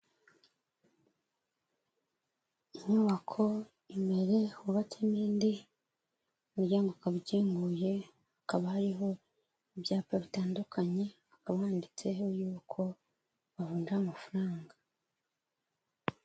Inyubako imbere hubatsemo indi, umuryango ukaba ukinguye, hakaba hariho ibyapa bitandukanye, hakaba handitseho y'uko bavunja amafaranga.